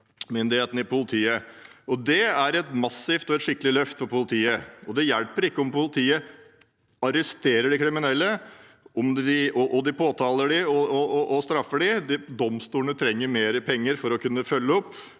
påtalemyndighetene i politiet. Det er et massivt og skikkelig løft for politiet. Det hjelper ikke om politiet arresterer de kriminelle og påtaler dem og straffer dem; domstolene trenger mer penger for å kunne følge opp,